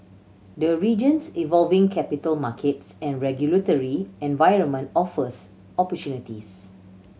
the region's evolving capital markets and regulatory environment offers opportunities